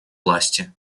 власти